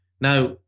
Now